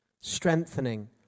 strengthening